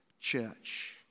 church